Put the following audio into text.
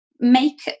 make